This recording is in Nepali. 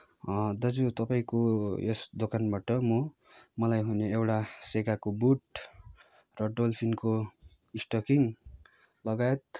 दाजु तपाईँको यस दोकानबाट म मलाई हुने एउटा सेगाको बुट र डोल्फिनको स्टकिङ लगायत